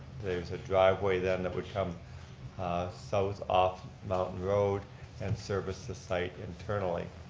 there's a driveway then that would come south off mountain road and service the site internally.